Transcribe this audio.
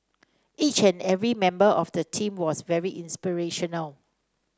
each and every member of the team was very inspirational